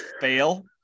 fail